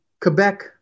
Quebec